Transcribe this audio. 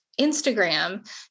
Instagram